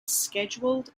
scheduled